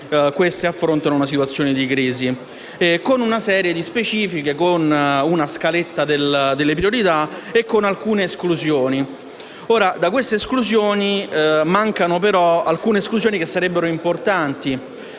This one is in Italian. esse affrontano una situazione di crisi con una serie di specifiche, con una scaletta delle priorità e con alcune esclusioni. Da queste esclusioni ne mancano però alcune che sarebbero importanti: